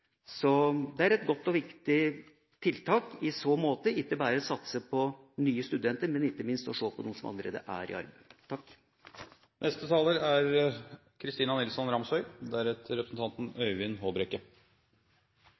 så måte et godt og viktig tiltak at man ikke bare satser på nye studenter, men også, og ikke minst, ser på dem som allerede er i arbeid. Jeg mener det er